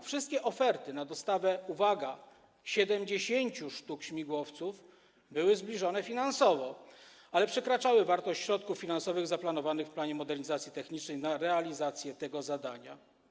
Wszystkie oferty na dostawę, uwaga, 70 sztuk śmigłowców były zbliżone finansowo, ale przekraczały wartość środków finansowych zaplanowanych w planie modernizacji technicznej na realizację tego zadania.